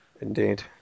Indeed